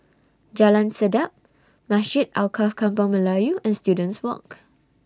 Jalan Sedap Masjid Alkaff Kampung Melayu and Students Walk